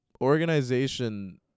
Organization